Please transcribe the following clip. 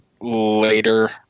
later